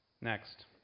Next